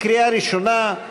לקריאה ראשונה.